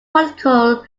political